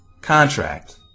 contract